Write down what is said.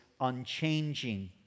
unchanging